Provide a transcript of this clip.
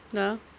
dah